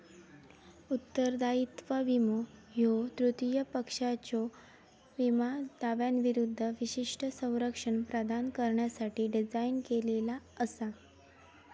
उत्तरदायित्व विमो ह्यो तृतीय पक्षाच्यो विमो दाव्यांविरूद्ध विशिष्ट संरक्षण प्रदान करण्यासाठी डिझाइन केलेला असा